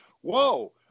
Whoa